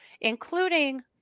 including